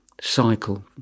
cycle